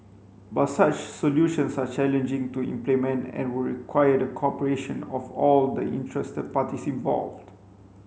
but such solutions are challenging to implement and would require the cooperation of all the interested parties involved